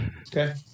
Okay